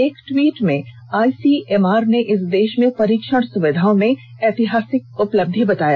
एक ट्वीट में आईसीएमआर ने इसे देश में परीक्षण सुविधाओं में ऐतिहासिक उपलब्धि बताया